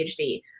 PhD